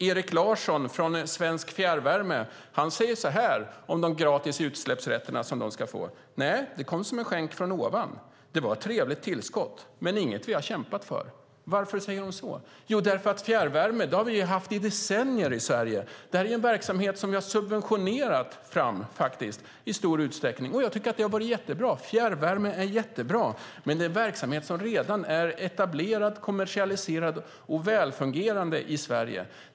Erik Larsson på Svensk Fjärrvärme säger följande om de gratis utsläppsrätter som de ska få: Nej, det kom som en skänk från ovan. Det var ett trevligt tillskott men inget vi har kämpat för. Varför säger de så? Jo, därför att vi i Sverige har haft fjärrvärme i decennier. Det är en verksamhet som vi i stor utsträckning subventionerat fram, vilket jag tycker är bra. Fjärrvärme är jättebra, men det är en verksamhet som i Sverige redan är etablerad, kommersialiserad och välfungerande.